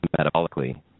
metabolically